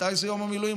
מתי זה יום המילואים?